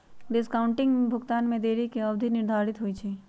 discounting में भुगतान में देरी के अवधि निर्धारित होइ छइ